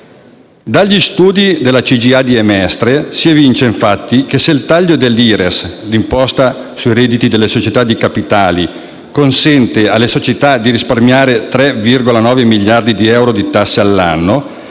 Imprese - di Mestre si evince, infatti, che se il taglio dell'imposta sui redditi delle società di capitali (IRES) consente alle società di risparmiare 3,9 miliardi di euro di tasse all'anno,